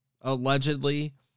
allegedly